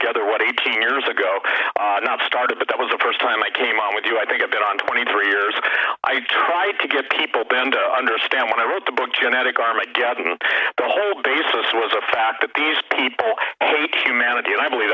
together what eighteen years ago not started but that was the first time i came out with you i think of it on twenty three years i have tried to get people banned understand when i wrote the book genetic armageddon the whole basis was a fact that these people hope humanity and i believe